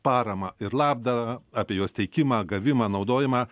paramą ir labdarą apie jos teikimą gavimą naudojimą